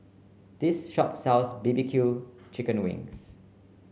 this shop sells B B Q chickened wings